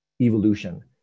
evolution